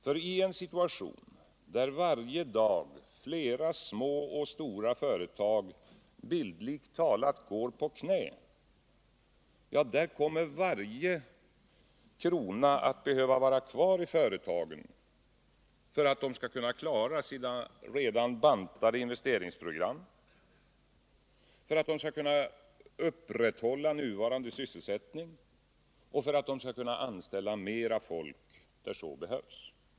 I en situation, där varje dag flera små och stora företag bildligt talat går på knä, kommer varje krona att behöva vara kvar i företagen för att dessa skall kunna klara sina redan bantade investeringsprogram, upprätthålla nuvarande sysselsättning och anställa mer folk där så behövs.